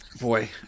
boy